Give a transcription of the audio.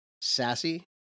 sassy